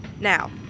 Now